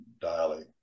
daily